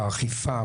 האכיפה,